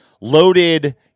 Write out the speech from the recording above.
loaded